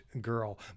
girl